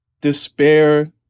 despair